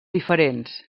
diferents